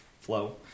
flow